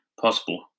possible